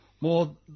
more